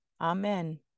amen